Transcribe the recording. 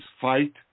Fight